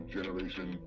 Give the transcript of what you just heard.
Generation